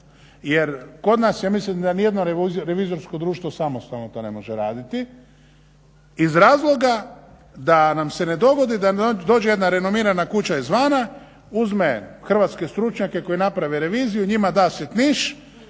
jer kod nas ja mislim da ni jedno revizorsko društvo samostalno to ne može raditi iz razloga da nam se dogodi da ne dođe jedna renomirana kuća izvana, uzme hrvatske stručnjake koji naprave reviziju, njima da sitniš,